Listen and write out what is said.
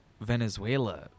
venezuela